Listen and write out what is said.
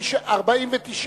סעיף 1 נתקבל.